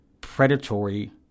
predatory